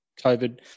COVID